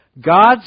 God's